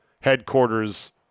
headquarters